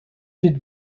fit